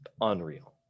unreal